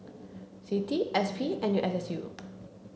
CITI S P N U S S U